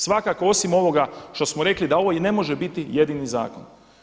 Svakako osim ovoga što smo rekli da ovo i ne može biti jedini zakon.